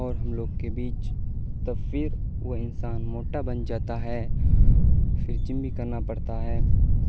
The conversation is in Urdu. اور ہم لوگ کے بیچ تو پھر وہ انسان موٹا بن جاتا ہے پھر جم بھی کرنا پڑتا ہے